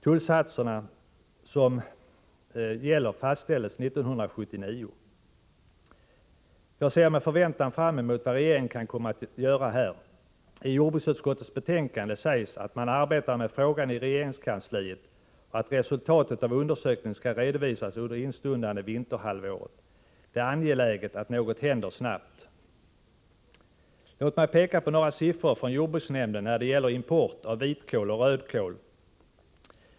Tullsatserna, som ännu gäller, fastställdes 1979. Jag ser med förväntan fram emot vad regeringen kan komma att göra här. I jordbruksutskottets betänkande sägs att man arbetar med frågan i regeringskansliet och att resultatet av undersökningen skall redovisas under det instundande vinterhalvåret. Det är angeläget att något händer snabbt. Låt mig peka på några siffror från jordbruksnämnden när det gäller import av vitkål och rödkål.